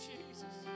Jesus